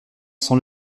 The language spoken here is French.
sans